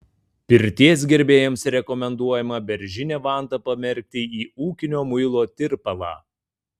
pirties gerbėjams rekomenduojama beržinę vantą pamerkti į ūkinio muilo tirpalą